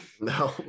no